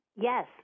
Yes